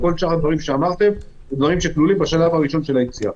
דברים שנכללים בשלב הראשון של היציאה.